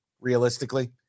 realistically